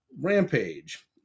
Rampage